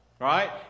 Right